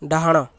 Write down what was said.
ଡାହାଣ